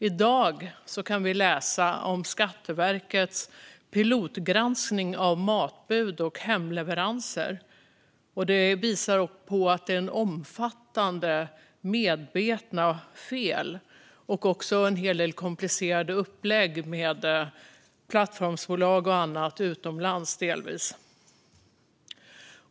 I dag kunde vi läsa om Skatteverkets pilotgranskning av matbud och hemleveranser, och den visar att det begås omfattande och medvetna fel och att det förekommer komplicerade upplägg med plattformsbolag och annat, delvis utomlands.